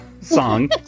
song